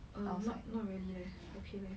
err not not really leh okay leh